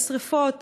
לשרפות,